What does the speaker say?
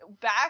Back